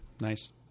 Nice